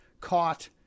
caught